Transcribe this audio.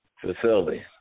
facility